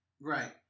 Right